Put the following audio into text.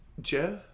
Jeff